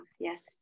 Yes